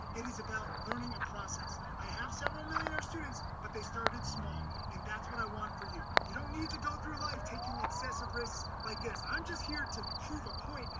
it is about learning a process. i have several millionaire students, but they started small. and that's what i want for you. you don't need to go through life taking excessive risks like this. i'm just here to prove a point.